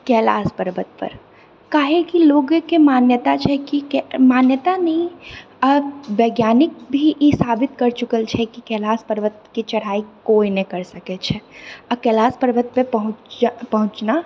कैलाश पर्वतपर काहे कि लोकके मान्यता छै कि मान्यता नहि आओर वैज्ञानिक भी ई साबित करि चुकल छै कि कैलाश पर्वतके चढ़ाइ कोइ नहि करि सकै छै आओर कैलाश पर्वतपर पहुँचना